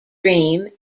dream